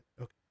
okay